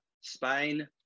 Spain